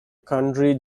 country